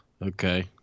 Okay